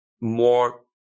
more